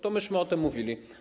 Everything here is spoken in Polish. To myśmy o tym mówili.